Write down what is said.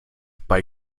bei